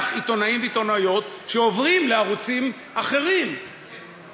עיתונאים ועיתונאיות שעוברים לערוצים אחרים,